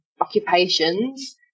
occupations